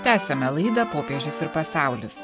tęsiame laidą popiežius ir pasaulis